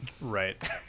Right